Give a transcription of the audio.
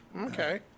Okay